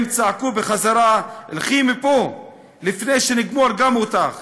הם צעקו בחזרה: לכי מפה לפני שנגמור גם אותך,